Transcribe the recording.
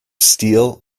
steel